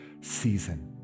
season